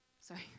Sorry